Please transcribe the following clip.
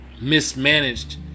mismanaged